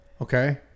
okay